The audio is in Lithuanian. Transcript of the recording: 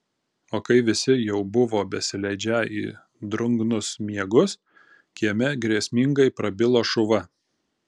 o kai visi jau buvo besileidžią į drungnus miegus kieme grėsmingai prabilo šuva